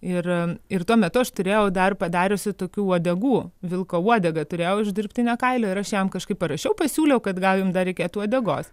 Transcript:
ir ir tuo metu aš turėjau dar padariusi tokių uodegų vilko uodegą turėjau iš dirbtinio kailio ir aš jam kažkaip parašiau pasiūliau kad gal jum dar reikėtų uodegos